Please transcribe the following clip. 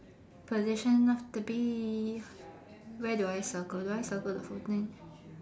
position of the bee where do I circle do I circle the whole thing